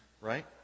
Right